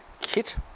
kit